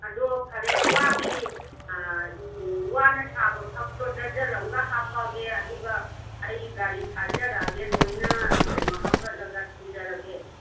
ꯑꯗꯣ ꯐꯔꯦ ꯋꯥꯒꯤ ꯋꯥꯅ ꯁꯥꯕ ꯐꯛꯇꯣ ꯗꯔꯖꯜ ꯑꯃꯒ ꯍꯥꯞꯄꯛꯑꯒꯦ ꯑꯗꯨꯒ ꯑꯩ ꯒꯥꯔꯤ ꯊꯥꯖꯔꯛꯑꯒꯦ ꯂꯣꯏꯅ ꯀꯩꯅꯣ ꯍꯥꯞꯀꯠꯂꯒ ꯊꯝꯖꯔꯒꯦ